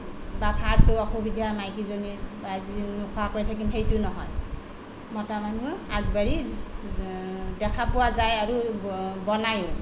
বা ভাত অসুবিধা মাইকীজনীৰ বা আজি নোখোৱাকৈ থাকিম সেইটো নহয় মতা মানুহ আগবাঢ়ি দেখা পোৱা যায় আৰু বনাইও